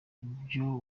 ibyo